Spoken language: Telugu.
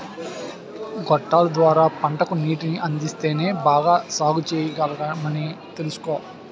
గొట్టాల ద్వార పంటకు నీటిని అందిస్తేనే బాగా సాగుచెయ్యగలమని తెలుసుకో